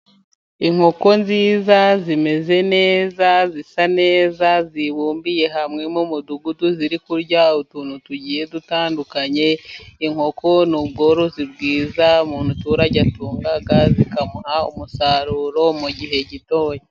Inkoko nziza zimeze neza, zisa neza, zibumbiye hamwe mu mudugudu ziri kurya utuntu tugiye dutandukanye, inkoko ni ubworozi bwiza umuturage atunga, zikamuha umusaruro mu gihe gitoya.